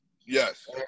Yes